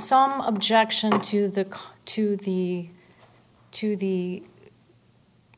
some objection to the car to the to the